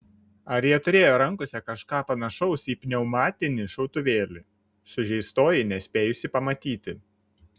ar jie turėjo rankose kažką panašaus į pneumatinį šautuvėlį sužeistoji nespėjusi pamatyti